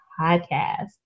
podcast